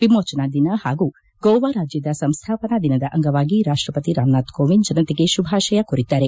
ವಿಮೋಚನಾ ದಿನ ಹಾಗೂ ಗೋವಾ ರಾಜ್ಯದ ಸಂಸ್ಥಾಪನಾ ದಿನದ ಅಂಗವಾಗಿ ರಾಷ್ಟಪತಿ ರಾಮನಾಥ್ ಕೋವಿಂದ್ ಜನತೆಗೆ ಶುಭಾಶಯ ಕೋರಿದ್ದಾರೆ